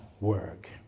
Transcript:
work